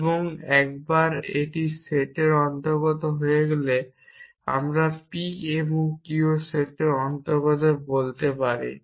এবং একবার এটি সেটের অন্তর্গত হয়ে গেলে আমরা p এবং q সেটের অন্তর্গত বলতে পারি